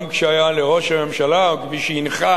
גם כשהיה לראש הממשלה וכמי שהנחה